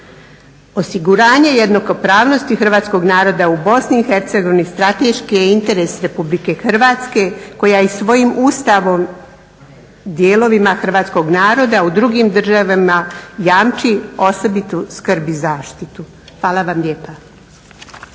Osiguranje jednakopravnosti hrvatskog naroda u BiH strateški je interes Republike Hrvatske koja i svojim Ustavom dijelovima hrvatskog naroda u drugim državama jamči osobitu skrb i zaštitu. Hvala vam lijepa.